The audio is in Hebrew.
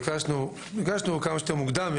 ביקשנו את זה כמה שיותר מוקדם,